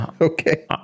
Okay